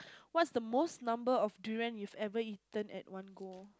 what's the most number of durian you've ever eaten at one go